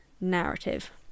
narrative